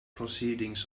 proceedings